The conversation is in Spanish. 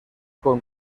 con